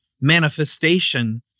manifestation